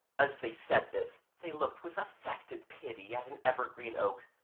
as they said this they looked with affected pity at an evergreen oak,